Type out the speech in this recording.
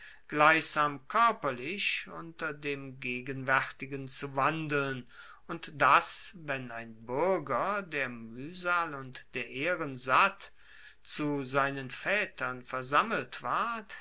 gleichsam koerperlich unter dem gegenwaertigen zu wandeln und dass wenn ein buerger der muehsal und der ehren satt zu seinen vaetern versammelt ward